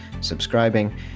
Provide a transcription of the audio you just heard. subscribing